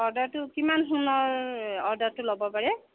অৰ্ডাৰটো কিমান সোণৰ অৰ্ডাৰটো ল'ব পাৰে